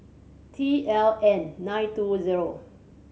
T L N nine two zero